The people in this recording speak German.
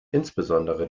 insbesondere